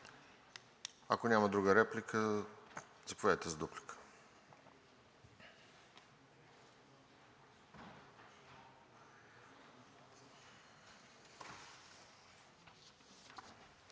Ако няма друга реплика, заповядайте, за дуплика.